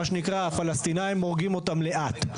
מה שנקרא הפלסטינים הורגים אותם לאט.